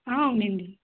అవునండి